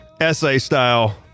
essay-style